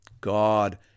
God